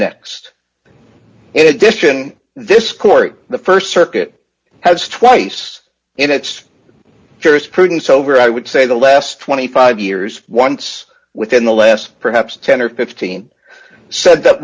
next in addition this court in the st circuit has twice in its jurisprudence over i would say the less twenty five years once within the last perhaps ten or fifteen said that